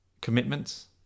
commitments